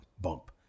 bump